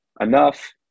enough